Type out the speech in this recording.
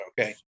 okay